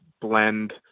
blend